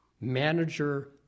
manager